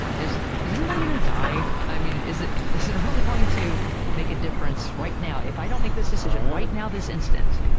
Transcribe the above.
is, is anybody gonna die? i mean, is it, is it really going to make a difference right now if i don't make this decision right now, this instant?